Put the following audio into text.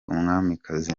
umwamikazi